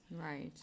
Right